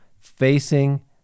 Facing